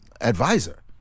advisor